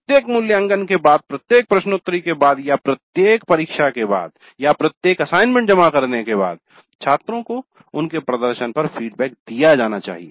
प्रत्येक मूल्यांकन के बाद प्रत्येक प्रश्नोत्तरी के बाद या प्रत्येक परीक्षा के बाद या प्रत्येक असाइनमेंट जमा करने के बाद छात्रों को उनके प्रदर्शन पर फीडबैक दिया जाना चाहिए